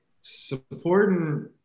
supporting